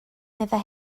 meddai